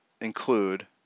include